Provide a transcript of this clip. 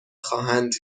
خواهند